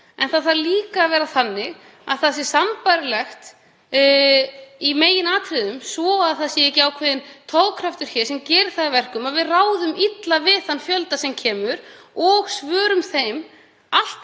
En það þarf líka að vera þannig að það sé sambærilegt í meginatriðum, svo að það sé ekki ákveðinn togkraftur hér sem gerir það að verkum að við ráðum illa við þann fjölda sem kemur og svörum þeim allt